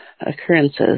occurrences